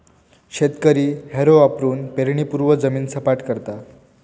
शेतकरी हॅरो वापरुन पेरणीपूर्वी जमीन सपाट करता